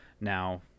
now